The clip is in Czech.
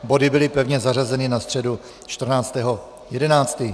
Body byly pevně zařazeny na středu 14. 11.